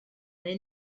neu